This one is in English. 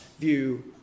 view